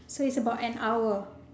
so it's about an hour